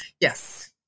Yes